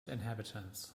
inhabitants